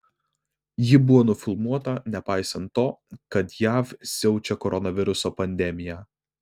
ji buvo nufilmuota nepaisant to kad jav siaučia koronaviruso pandemija